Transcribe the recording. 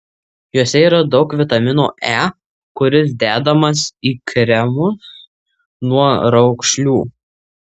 juose yra daug vitamino e kuris dedamas į kremus nuo raukšlių